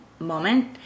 moment